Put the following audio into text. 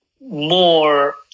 more